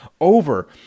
over